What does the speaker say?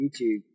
YouTube